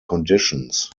conditions